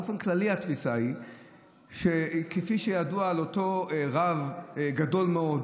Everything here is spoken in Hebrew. באופן כללי התפיסה היא שכפי שידוע על אותו רב גדול מאוד,